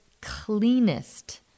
cleanest